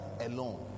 alone